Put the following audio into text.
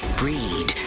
breed